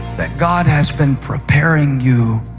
that god has been preparing you